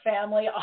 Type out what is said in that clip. family